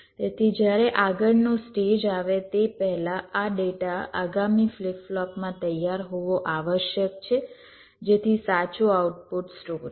તેથી જ્યારે આગળનો સ્ટેજ આવે તે પહેલાં આ ડેટા આગામી ફ્લિપ ફ્લોપમાં તૈયાર હોવો આવશ્યક છે જેથી સાચું આઉટપુટ સ્ટોર થાય